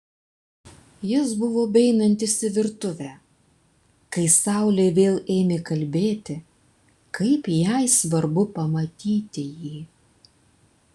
jis buvo beeinantis į virtuvę kai saulė vėl ėmė kalbėti kaip jai svarbu pamatyti jį